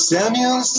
Samuel